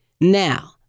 Now